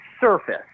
surface